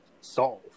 solve